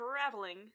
traveling